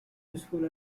useful